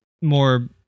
more